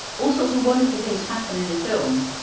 also some wonderful things happen in the film,